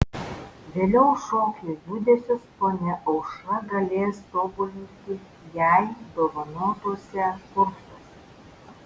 vėliau šokio judesius ponia aušra galės tobulinti jai dovanotuose kursuose